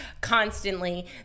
constantly